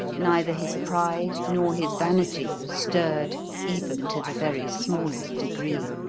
neither his pride nor his vanity was stirred even to the very smallest degree.